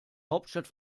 hauptstadt